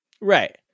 right